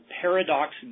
Paradox